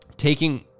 Taking